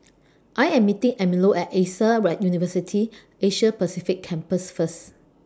I Am meeting Emilio At AXA University Asia Pacific Campus First